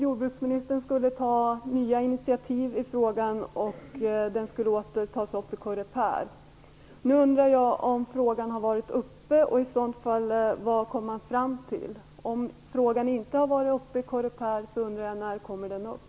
Jordbruksministern skulle ta nya initiativ i frågan, som åter skulle tas upp i Coreper. Jag undrar nu om frågan har tagits upp och vad man i så fall kom fram till. Om frågan inte har varit uppe i Coreper undrar jag när den kommer upp.